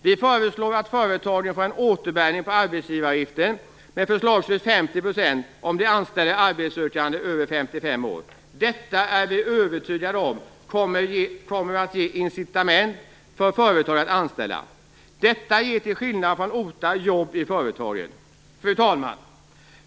Vi föreslår att företagen får en återbäring på arbetsgivaravgiften med förslagsvis 50 % om de anställer arbetssökande över 55 år. Vi är övertygade om att detta kommer att ge incitament för företagen att anställa. Till skillnad från OTA ger detta jobb i företagen. Fru talman!